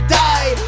die